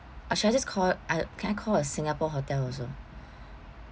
uh should I just call uh can I call a singapore hotel also